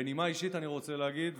בנימה אישית אני רוצה להגיד,